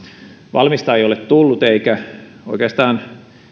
valmista ei ole tullut eikä oikeastaan